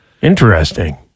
Interesting